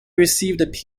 received